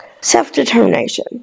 Self-determination